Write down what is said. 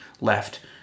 left